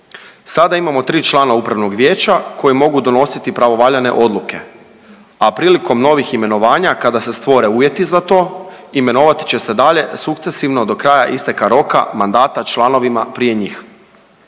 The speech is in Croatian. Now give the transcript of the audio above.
Sada imamo 3 člana Upravnog vijeća koji mogu donositi pravovaljane odluke, a prilikom novih imenovanja, kada se stvore uvjeti za to imenovat će se dalje sukcesivno do kraja isteka roka mandata članovima prije njih.